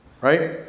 right